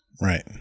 Right